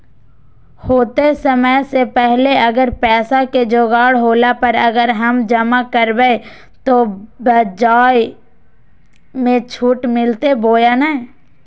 होतय समय से पहले अगर पैसा के जोगाड़ होला पर, अगर हम जमा करबय तो, ब्याज मे छुट मिलते बोया नय?